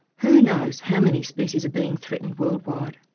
who knows how many species are being threatened world-wide?